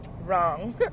Wrong